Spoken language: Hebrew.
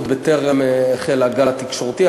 עוד בטרם החל הגל התקשורתי.